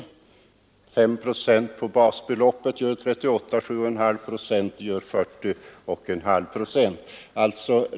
Men 5 procent på basbeloppet gör 38, och 7,5 procent gör 40,5 procent.